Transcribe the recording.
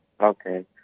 Okay